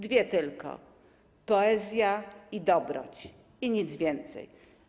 Dwie tylko: poezja i dobroć... i nic więcej”